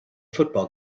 football